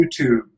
YouTube